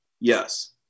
Yes